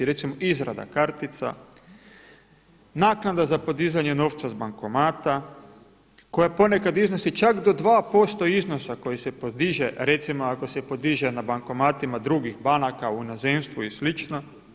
Recimo izrada kartica, naknada za podizanje novca s bankomata koja ponekad iznosi čak do 2% iznosa koji se podiže recimo ako se podiže na bankomatima drugih banaka u inozemstvu i slično.